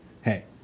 hey